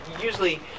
usually